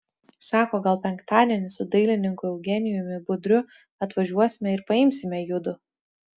sako gal penktadienį su dailininku eugenijumi budriu atvažiuosime ir paimsime judu